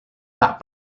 tak